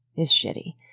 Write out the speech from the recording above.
is shitty.